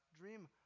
dream